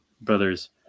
brothers